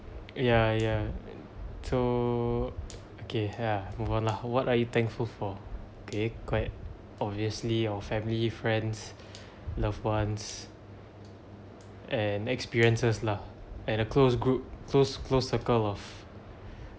ya ya so okay ya move on lah what are you thankful for okay quite obviously our family friends loved ones and experiences lah and a close group close close circle of